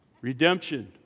Redemption